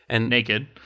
Naked